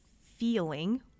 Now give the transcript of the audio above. feeling